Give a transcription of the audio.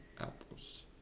apples